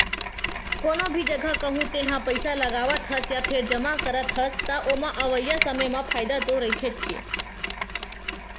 कोनो भी जघा कहूँ तेहा पइसा लगावत हस या फेर जमा करत हस, त ओमा अवइया समे म फायदा तो रहिथेच्चे